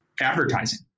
advertising